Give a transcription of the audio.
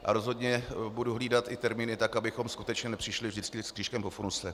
A rozhodně budu hlídat i termíny tak, abychom skutečně nepřišli vždycky s křížkem po funuse.